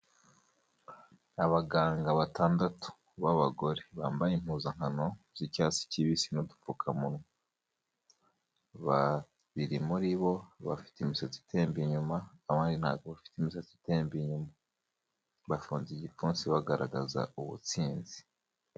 Abaganga batandatu b'abagore bambaye impuzankano z'icyatsi kibisi nu'dupfukamunwa, babiri muri bo bafite imisatsi itemba inyuma, abandi ntabwo bafite imisatsi itemba inyuma bafunze igipfunsi bagaragaza ubutsinzi.